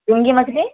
سینگھی مچھلی